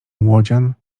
młodzian